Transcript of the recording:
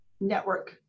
network